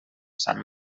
sant